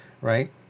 right